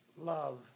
love